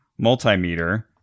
multimeter